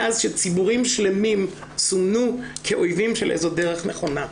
מאז שציבורים שלמים סומנו כאויבים של איזו דרך נכונה.